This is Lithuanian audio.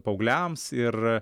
paaugliams ir